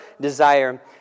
desire